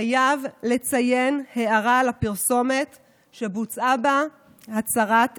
חייב לציין הערה על הפרסומת שבוצעה בה הצרת היקפים,